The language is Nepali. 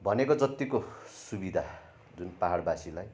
भनेको जत्तिको सुविधा जुन पाहाडबासीलाई